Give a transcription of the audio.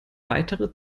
weitere